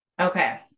Okay